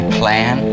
plan